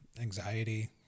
anxiety